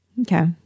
Okay